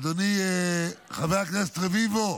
אדוני חבר הכנסת רביבו,